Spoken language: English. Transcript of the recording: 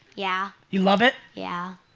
yeah. you love it? yeah.